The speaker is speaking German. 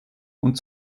und